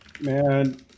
Man